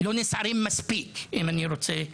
לא נסערים מספיק אם אני רוצה לדייק.